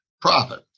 profit